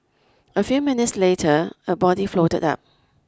a few minutes later a body floated up